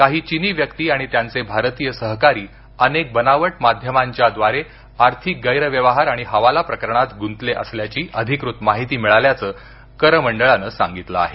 काही चिनी व्यक्ती आणि त्यांचे भारतीय सहकारी अनेक बनावट माध्यमांच्या द्वारे आर्थिक गैरव्यवहार आणि हवाला प्रकरणात गुंतले असल्याची अधिकृत माहिती मिळाल्याचं कर मंडळान सांगितलं आहे